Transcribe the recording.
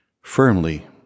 firmly